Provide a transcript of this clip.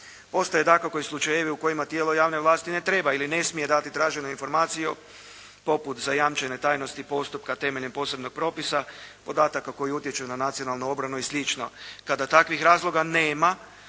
Postoje dakako i slučajevi u kojima tijelo javne vlasti ne treba ili ne smije dati tražene informacije, poput zajamčene tajnosti postupka temeljem posebnog propisa, podataka koji utječu na nacionalnu obranu i slično. Kada takvih razloga nema,